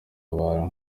abantu